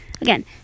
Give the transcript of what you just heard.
Again